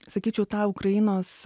sakyčiau tą ukrainos